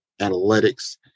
analytics